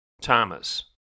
Thomas